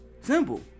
Simple